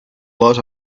lot